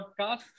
podcast